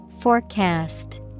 Forecast